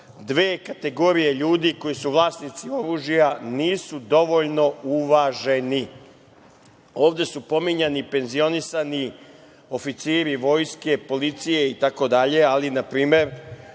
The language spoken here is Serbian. dve kategorije ljudi koji su vlasnici oružja nisu dovoljno uvaženi. Ovde su pominjani penzionisani oficiri vojske, policije itd, ali na primer,